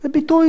אני חושב,